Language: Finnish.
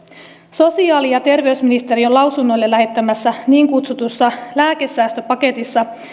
sosiaali ja terveysministeriön lausunnoille lähettämässä niin kutsutussa lääkesäästöpaketissa